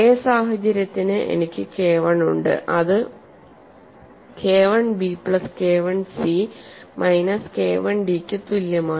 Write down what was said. A സാഹചര്യത്തിന് എനിക്ക് K I ഉണ്ട്അത് K Iബി പ്ലസ് K Iസി മൈനസ് K Iഡിക്ക് തുല്യമാണ്